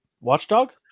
Watchdog